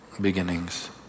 beginnings